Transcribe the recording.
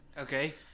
Okay